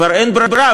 כבר אין ברירה,